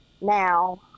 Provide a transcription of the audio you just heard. now